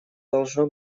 должно